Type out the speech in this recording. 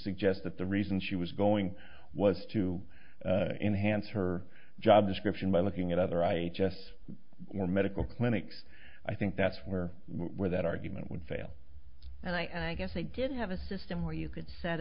suggest that the reason she was going was to enhance her job description by looking at other i gess or medical clinics i think that's where where that argument would fail and i guess they did have a system where you could set